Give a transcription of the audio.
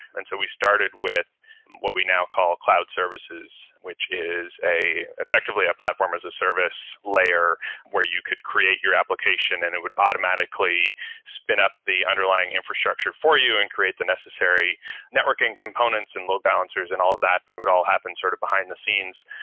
and so we started with what we now call cloud services, which is effectively a platform as a service layer where you could create your application and it would automatically spin up the underlying infrastructure for you and create the necessary networking components and low balancers and all of that and it would all happen sort of behind-the-scenes,